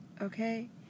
okay